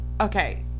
okay